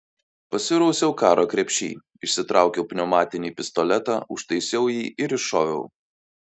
pasirausiau karo krepšy išsitraukiau pneumatinį pistoletą užtaisiau jį ir iššoviau